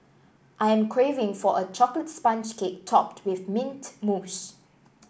I am craving for a chocolate sponge cake topped with mint mousse